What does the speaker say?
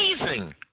amazing